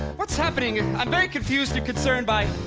what's happening? i'm very confused and concerned by,